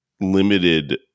limited